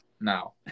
now